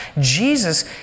Jesus